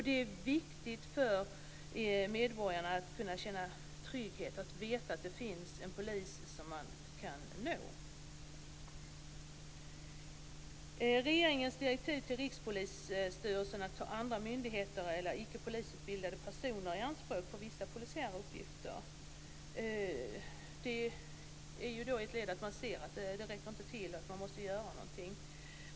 Det är viktigt för medborgarna att kunna känna trygghet och att veta att det finns en polis som man kan nå. Regeringens direktiv till Rikspolisstyrelsen att ta andra myndigheter eller icke-polisutbildade personer i anspråk för vissa polisiära uppgifter är ett led i att man ser att det inte räcker till och att man måste göra någonting.